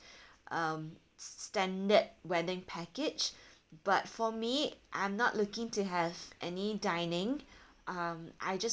um standard wedding package but for me I'm not looking to have any dining um I just